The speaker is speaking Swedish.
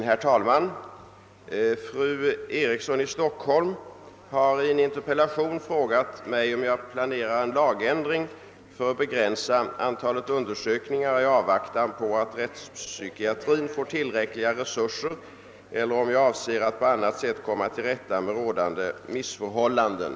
Herr talman! Fru Eriksson i Stockholm har i en interpellation frågat mig om jag planerar en lagändring för att begränsa antalet undersökningar i avvaktan på att rättspsykiatrin får tillräckliga resurser eller om jag avser att på annat sätt komma till rätta med rådande missförhållanden.